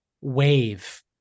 wave